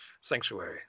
Sanctuary